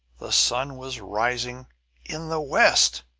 the sun was rising in the west!